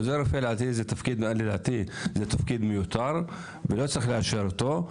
עוזר רופא לדעתי זה תפקיד מיותר ולא צריך לאשר אותו.